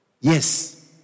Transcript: Yes